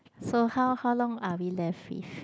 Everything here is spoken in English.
so how how long are we left with